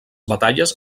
batalles